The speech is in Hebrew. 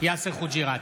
יאסר חוג'יראת,